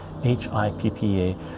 HIPPA